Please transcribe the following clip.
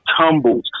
tumbles